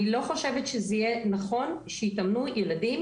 אני לא חושבת שזה יהיה נכון שיתאמנו 99